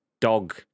dog